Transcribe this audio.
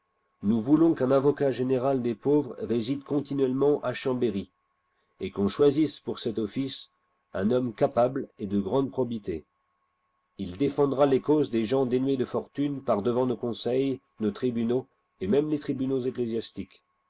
nous voulons qu'un avocat-général des pauvres réside continuellement à chambéry digitized by google et qu'on choisisse pour cet office un homme capable et de grande probité il défendra les causes des gens dénués de fortune par-devant nos conseils nos tribunaux et môme les tribunaux ecclésiastiques